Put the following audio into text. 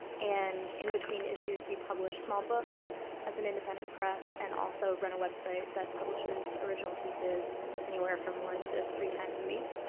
and in between issues we publish small books as an independent press and also run a website that publishes original pieces anywhere from one to three times a week.